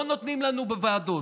לא נותנים לנו בוועדות.